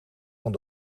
van